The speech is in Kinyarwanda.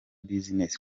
business